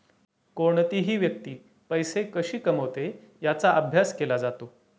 कोणतीही व्यक्ती पैसे कशी कमवते याचा अभ्यास केला जातो